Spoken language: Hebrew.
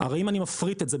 הרי אם אני "מפריט" את זה,